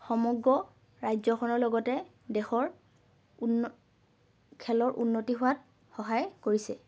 সমগ্ৰ ৰাজ্যখনৰ লগতে দেশৰ খেলৰ উন্নতি হোৱাত সহায় কৰিছে